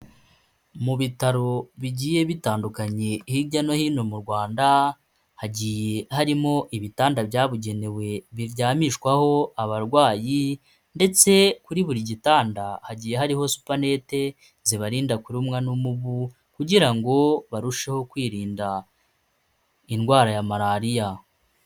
Mu bitaro bigiye bitandukanye hirya no hino mu Rwanda, hagiye harimo ibitanda byabugenewe biryamishwaho abarwayi, ndetse kuri buri gitanda, hagiye hariho supanete zibarinda kurumwa n'umubu, kugira ngo barusheho kwirinda indwara ya malariya.